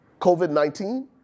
COVID-19